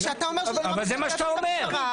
אבל כשאתה אומר שזה לא משקף את הפשרה,